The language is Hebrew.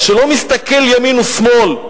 שלא מסתכל ימין ושמאל,